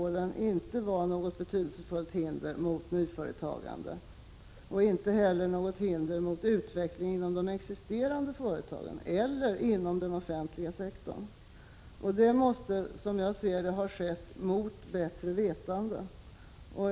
1986/87:22 något betydelsefullt hinder mot nyföretagande och inte heller något hinder 10 november 1986 mot utvecklingen inom de existerande företagen eller inom den offentliga el 2 Om åtgärder för att sektorn. Detta ställningstagande måste, som jag ser det, ha skett mot bättre 5 2 & för ast Na å É aa främja nyföretagande, vetande.